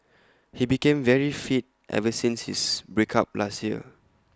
he became very fit ever since his break up last year